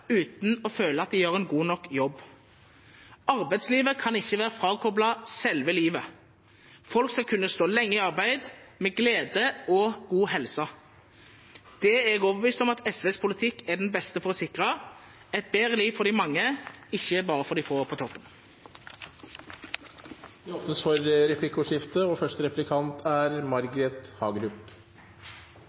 uten å føle at de får gjort en god nok jobb. Arbeidslivet kan ikke være frakoblet selve livet. Folk skal kunne stå lenge i arbeid, med glede og god helse. Det er jeg overbevist om at SVs politikk er den beste for å sikre: et bedre liv for de mange, ikke bare for de få på toppen. Det blir replikkordskifte. Budsjettperioden er